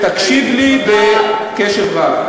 תקשיב לי קשב רב.